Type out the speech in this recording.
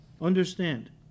Understand